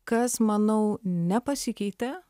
kas manau nepasikeitė